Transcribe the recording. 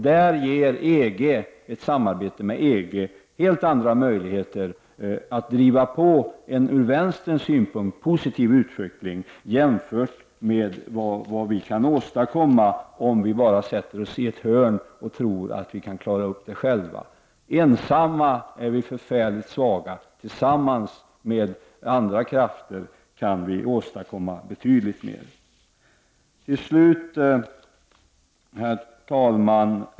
Där ger också ett samarbete med EG helt andra möjligheter att driva på en från vänsterns synpunkt sett positiv utveckling, detta jämfört med vad vi kan åstadkomma om vi bara sätter oss i ett hörn och tror att vi kan klara upp det själva. Ensamma är vi förfärligt svaga, tillsammans med andra krafter kan vi åstadkomma betydligt mer. Fru talman!